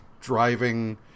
driving